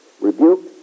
rebuke